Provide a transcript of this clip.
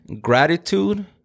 gratitude